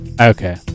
okay